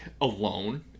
alone